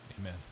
Amen